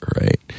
right